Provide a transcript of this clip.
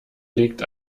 legt